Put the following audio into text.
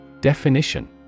Definition